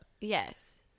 yes